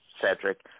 Cedric